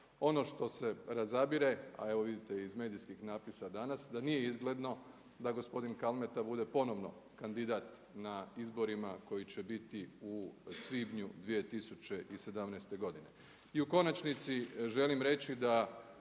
Ono što se razabire a evo vidite i iz medijskih napisa danas da nije izgledno da gospodin Kalmeta bude ponovno kandidat na izborima koji će biti u svibnju 2017. godine.